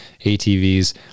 ATVs